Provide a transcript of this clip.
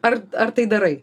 ar ar tai darai